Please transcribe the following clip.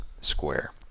square